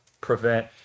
prevent